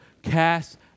Cast